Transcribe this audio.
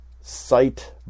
sight